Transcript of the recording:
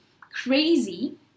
crazy